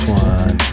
one